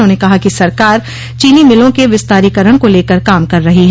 उन्होंने कहा कि सरकार चीनी मिलों के विस्तारीकरण को लेकर काम कर रही है